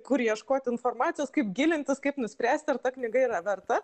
kur ieškoti informacijos kaip gilintis kaip nuspręsti ar ta knyga yra verta